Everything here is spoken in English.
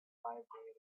vibrating